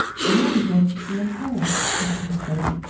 and i'll be glad to see aunt sarah, piped in freddie.